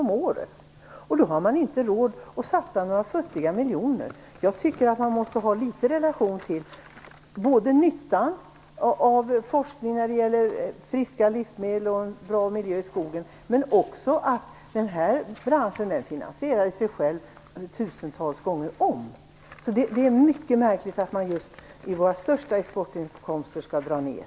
Och då skulle man inte ha råd att satsa några futtiga miljoner! Jag tycker att man måste ha litet relation både till nyttan av forskning när det gäller friska livsmedel och en bra miljö i skogen och till att den här branschen finansierar sig själv tusentals gånger om. Det är alltså mycket märkligt att man just beträffande våra största exportinkomster skall dra ner.